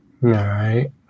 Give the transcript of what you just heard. right